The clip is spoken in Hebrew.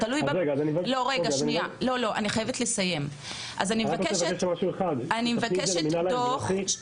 את צריכה לבקש את זה מהמינהל האזרחי,